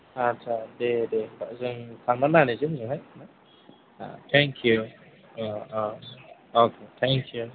आत्सा दे दे होम्बा जों थांनानै नायहैनोसै उनावहाय अ' थेंक्यु अ अ अके थेंक्यु